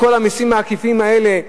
מכל המסים העקיפים האלה,